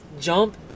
jump